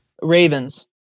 Ravens